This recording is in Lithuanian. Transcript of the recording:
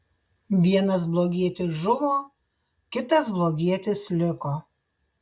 vienas blogietis žuvo kitas blogietis liko